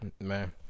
man